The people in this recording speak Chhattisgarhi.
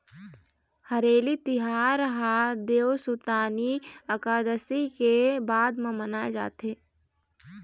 हरेली तिहार ह देवसुतनी अकादसी के बाद म मनाए जाथे